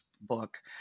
book